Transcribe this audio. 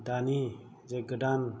दानि जे गोदान